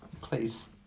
please